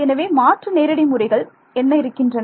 எனவே மாற்று நேரடி முறைகள் என்ன இருக்கின்றன